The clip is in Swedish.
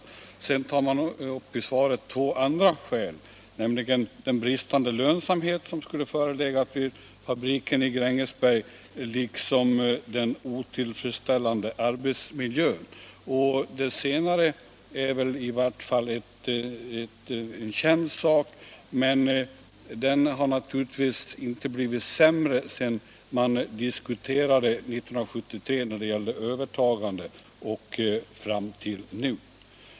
I svaret hänvisas också till två andra omständigheter, nämligen den bristande lönsamhet som skulle ha förelegat vid fabriken i Grängesberg och den otillfredsställande arbetsmiljön. I vart fall den senare omständigheten är känd, men arbetsmiljön har inte blivit sämre sedan man 1973 förde diskussioner om ett övertagande.